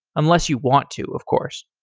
unless you want to, of course.